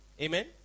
Amen